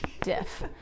Diff